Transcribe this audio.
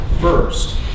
First